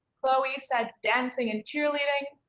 chloe said dancing and cheer leading.